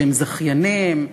שהם זכיינים,